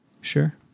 sure